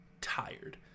tired